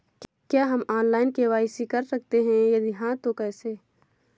क्या हम online KYC कर सकते हैं यदि हाँ तो कैसे?